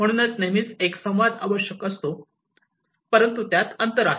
म्हणूनच नेहमीच एक संवाद आवश्यक असतो परंतु त्यात अंतर आहे